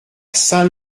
saint